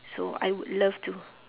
so I would love to